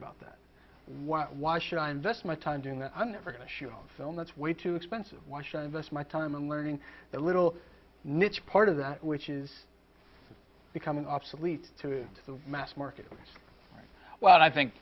about that why why should i invest my time doing that i'm never going to shoot a film that's way too expensive why should i invest my time in learning the little niche part of that which is becoming obsolete to the mass market what i think